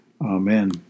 Amen